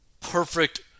perfect